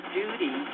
duty